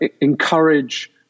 encourage